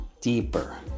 deeper